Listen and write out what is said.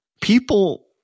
people